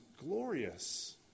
glorious